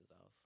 off